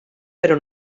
però